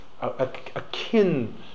akin